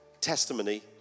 testimony